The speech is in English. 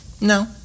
no